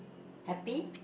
happy